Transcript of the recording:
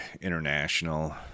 international